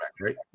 right